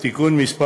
(תיקון מס'